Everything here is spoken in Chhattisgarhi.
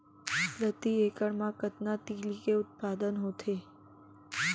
प्रति एकड़ मा कतना तिलि के उत्पादन होथे?